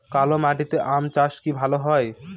কালো মাটিতে আম চাষ কি ভালো হয়?